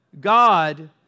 God